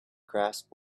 grasp